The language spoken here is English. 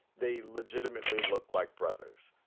they legitimately look like brothers.